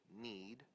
need